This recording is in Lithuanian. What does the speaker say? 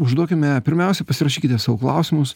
užduokime pirmiausia pasirašykite sau klausimus